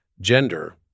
gender